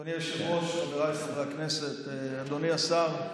אדוני היושב-ראש, חבריי חברי הכנסת, אדוני השר,